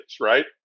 right